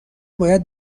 باید